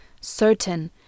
certain